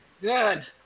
Good